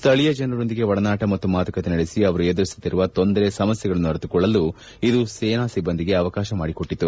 ಸ್ಥಳೀಯ ಜನರೊಂದಿಗೆ ಒಡನಾಟ ಮತ್ತು ಮಾತುಕತೆ ನಡೆಸಿ ಅವರು ಎದುರಿಸುತ್ತಿರುವ ತೊಂದರೆ ಸಮಸ್ಲೆಗಳನ್ನು ಅರಿತುಕೊಳ್ಳಲು ಇದು ಸೇನಾ ಸಿಬ್ಬಂದಿಗೆ ಅವಕಾಶ ಮಾಡಿಕೊಟ್ಟಿತ್ತು